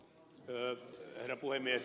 herra puhemies